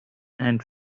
and